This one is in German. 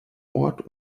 ort